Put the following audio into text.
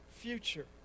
future